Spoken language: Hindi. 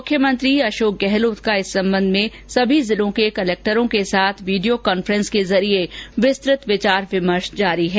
मुख्यमंत्री अशोक गहलोत का इस सम्बन्ध में सभी जिलों के कलेक्टरों के साथ वीडियो कांन्फ्रेंस के जरिये विस्तृत विचार विमर्श जारी है